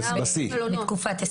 בתקופת השיא.